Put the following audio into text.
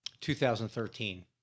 2013